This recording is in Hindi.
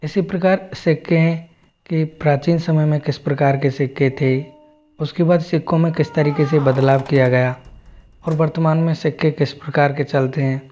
इसी प्रकार सिक्के के प्राचीन समय में किस प्रकार के सिक्के थे उस के बाद सिक्कों में किस प्रकार से बदलाव किया गया और वर्तमान में सिक्के किस प्रकार के चलते हैं